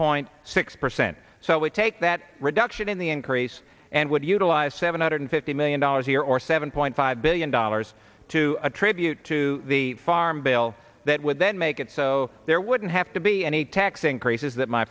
point six percent so we take that reduction in the increase and would utilize seven hundred fifty million dollars here or seven point five billion dollars to attribute to the farm bill that would then make it so there wouldn't have to be any tax increases that my